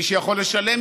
מי שיכול לשלם,